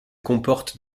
comporte